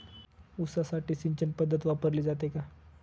ऊसासाठी सिंचन पद्धत वापरली जाते का?